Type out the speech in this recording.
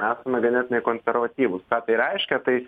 esame ganėtinai konservatyvūs ką tai reiškia tai